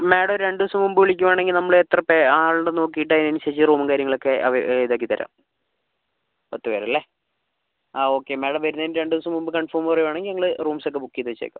madam ഒരു രണ്ടുദിവസം മുമ്പ് വിളിക്കുവാണെങ്കിൽ നമ്മളെത്ര പേർ ആളുണ്ടെന്ന് നോക്കിയിട്ട് അതിനനുസരിച്ച് റൂം കാര്യങ്ങളൊക്കെ അവൈ ഇതാക്കി തരാം പത്ത് പേരല്ലെ ആ ഓക്കേ മാഡം വരുന്നതിനൊരു രണ്ട് ദിവസം മുമ്പ് കൺഫോം പറയുകയാണെങ്കിൽ ഞങ്ങൾ റൂംസ് ഒക്കെ ബുക്ക് ചെയ്തു വച്ചേക്കാം